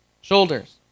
Shoulders